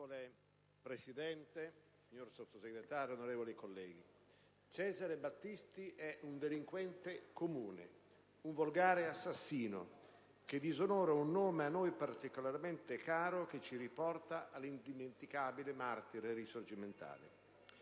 Signor Presidente, signor Sottosegretario, onorevoli colleghi, Cesare Battisti è un delinquente comune, un volgare assassino, che disonora un nome a noi particolarmente caro che ci riporta all'indimenticabile martire risorgimentale.